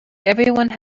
everyone